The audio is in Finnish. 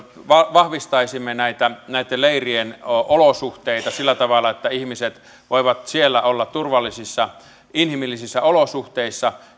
vahvistaisimme näitten leirien olosuhteita sillä tavalla että ihmiset voivat siellä olla turvallisissa inhimillisissä olosuhteissa